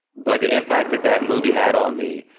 but the impact that that movie had on me,